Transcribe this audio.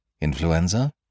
Influenza